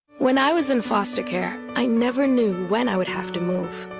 when i was in foster care i never knew when i would have to move,